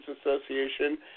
Association